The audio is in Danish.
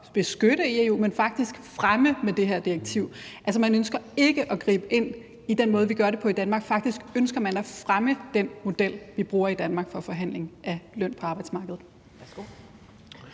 beskytte i EU, men faktisk at fremme med det her direktiv. Man ønsker ikke at gribe ind i den måde, vi gør det på i Danmark; faktisk ønsker man at fremme den model, vi bruger i Danmark, til forhandling af løn på arbejdsmarkedet.